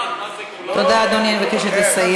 חברים, תודה, אדוני, אני מבקשת לסיים.